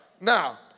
Now